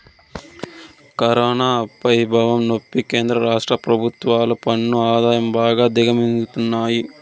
corona పెభావం సెప్పి కేంద్ర రాష్ట్ర పెభుత్వాలు పన్ను ఆదాయం బాగా దిగమింగతండాయి